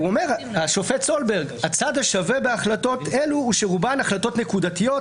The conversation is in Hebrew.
השופט סולברג אומר: הצד השווה בהחלטות אלה הוא שרובן החלטות נקודתיות,